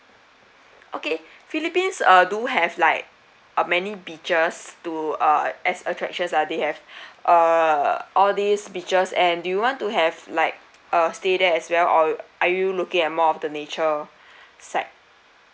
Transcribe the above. okay philippines uh do have like uh many beaches to uh as attractions ah they have uh all these beaches and do you want to have like uh stay there as well or are you looking at more of the nature side